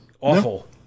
awful